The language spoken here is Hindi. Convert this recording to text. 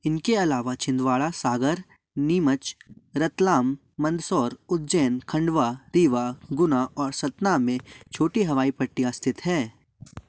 इनके अलावा छिंदवाड़ा सागर नीमच रतलाम मंदसौर उज्जैन खंडवा रीवा गुना और सतना में छोटी हवाई पट्टियाँ स्थित हैं